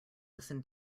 listen